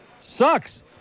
Sucks